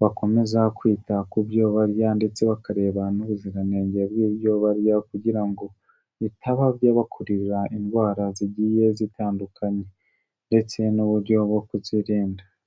bakomeza kwita ku byo barya ndetse bakareba n'ubuziranenge bw'ibyo barya kugira ngo bitaba byabakururira indwara zigiye zitandukanye ndetse n'uburyo bwo kuzirinda.